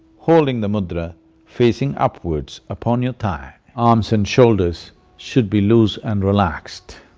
holding the mudra facing upwards upon your thigh. arms and shoulders should be loose and relaxed.